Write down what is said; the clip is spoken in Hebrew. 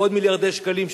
ועוד מיליארדי שקלים,